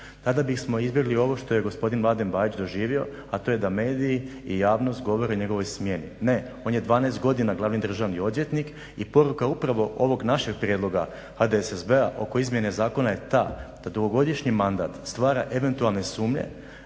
Tada bismo izbjegli ovo što je gospodin Mladen Bajić doživio a to je da mediji i javnost govore o njegovoj smjeni, ne on je 12 godina glavni državni odvjetnik i poruka upravo ovog našeg prijedloga HDSSB-a oko izmjene zakona je ta da dugogodišnji mandat stvara eventualne sumnje